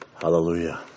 Hallelujah